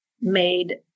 made